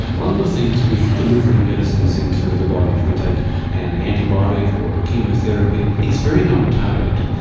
one of the things with delivering medicines into the body, if we take an antibiotic or a chemotherapy, it's very non-targeted.